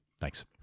Thanks